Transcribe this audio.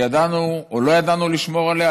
שידענו או לא ידענו לשמור עליה,